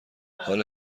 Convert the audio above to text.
حال